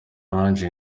ange